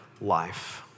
life